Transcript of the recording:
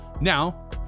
Now